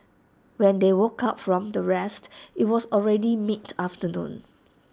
when they woke up from their rest IT was already mid afternoon